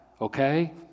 okay